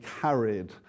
carried